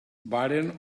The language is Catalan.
varen